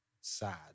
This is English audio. sad